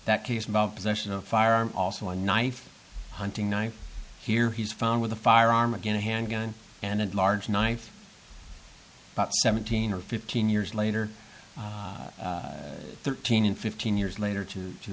that case about possession of a firearm also a knife hunting knife here he's found with a firearm again a handgun and a large knife about seventeen or fifteen years later thirteen and fifteen years later to